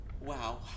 Wow